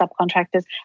subcontractors